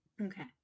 Okay